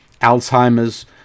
Alzheimer's